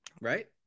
right